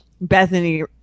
Bethany